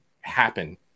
happen